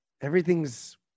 Everything's